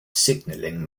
signaling